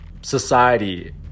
society